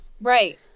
Right